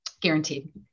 guaranteed